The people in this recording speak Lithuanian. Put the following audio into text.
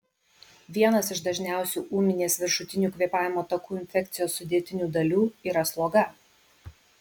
vienas iš dažniausių ūminės viršutinių kvėpavimo takų infekcijos sudėtinių dalių yra sloga